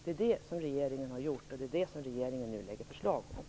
Det är det som regeringen har gjort, och det är det som regeringen nu lägger fram förslag om.